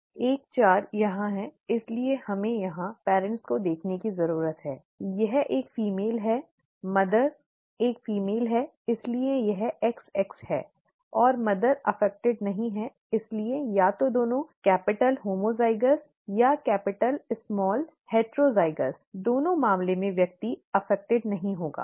14 यहां है इसलिए हमें यहां माता पिता को देखने की जरूरत है यह एक महिला है मां एक महिला है इसलिए यह XX है और मदर प्रभावित नहीं है इसलिए या तो दोनों कैपिटल होमोज़ाइगस या कैपिटल स्मॉल हेटेरोज़यगोस दोनों मामलों में व्यक्ति प्रभावित नहीं होगा